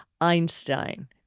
Einstein